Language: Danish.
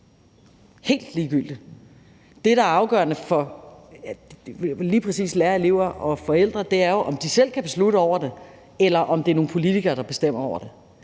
helt ligegyldigt. Det, der er afgørende for lige præcis lærere, elever og forældre, er jo, om de selv kan bestemme over det, eller om det er nogle politikere, der bestemmer over det,